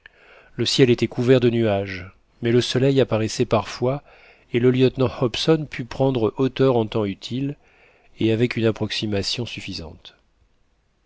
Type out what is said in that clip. le ciel était couvert de nuages mais le soleil apparaissait parfois et le lieutenant hobson put prendre hauteur en temps utile et avec une approximation suffisante